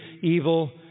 evil